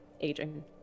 aging